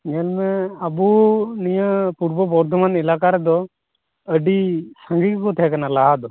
ᱧᱮᱞᱢᱮ ᱟᱵᱚ ᱱᱤᱭᱟ ᱯᱩᱨᱵᱚ ᱵᱟᱨᱫᱷᱚᱢᱟᱱ ᱤᱞᱟᱠᱟ ᱨᱮᱫᱚ ᱟ ᱰᱤ ᱥᱟ ᱜᱤ ᱜᱮᱠᱚ ᱛᱟᱦᱮᱠᱟᱱᱟ ᱞᱟᱦᱟᱫᱚ